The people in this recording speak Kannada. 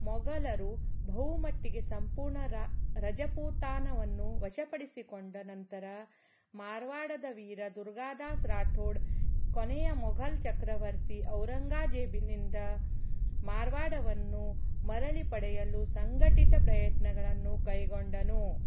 ಮೊಘಲರು ಬಹುಮಟ್ಟಿಗೆ ಸಂಪೂರ್ಣ ರ ರಜಪೂತಾನಾವನ್ನು ವಶಪಡಿಸಿಕೊಂಡ ನಂತರ ಮಾರ್ವಾಡದ ವೀರ ದುರ್ಗಾದಾಸ್ ರಾಥೋಡ್ ಕೊನೆಯ ಮೊಘಲ್ ಚಕ್ರವರ್ತಿ ಔರಂಗಜೇಬನಿಂದ ಮಾರ್ವಾಡವನ್ನು ಮರಳಿ ಪಡೆಯಲು ಸಂಘಟಿತ ಪ್ರಯತ್ನಗಳನ್ನು ಕೈಗೊಂಡನು